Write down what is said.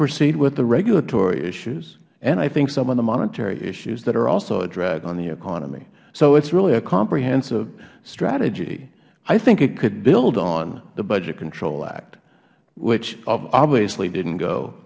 proceed with the regulatory issues and i think some of the monetary issues that are also a drag on the economy it is really a comprehensive strategy i think it could build on the budget control act which obviously didn't go